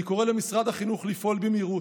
אני קורא למשרד החינוך לפעול במהירות,